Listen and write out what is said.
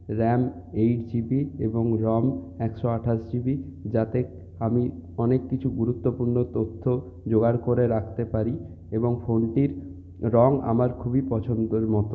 eight GB এবং RAM একশো আঠাশ জিবি যাতে আমি অনেক কিছু গুরুত্বপূর্ণ তথ্য জোগাড় করে রাখতে পারি এবং ফোনটির রঙ আমার খুবই পছন্দর মতো